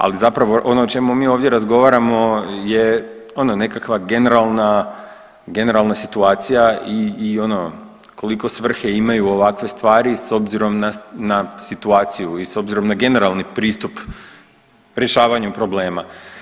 Ali zapravo ono o čemu mi ovdje razgovaramo je ono nekakva generalna, generalna situacija i ono koliko svrhe imaju ovakve stvari s obzirom na situaciju i s obzirom na generalni pristup rješavanju problema.